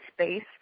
space